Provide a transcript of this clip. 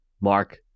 Mark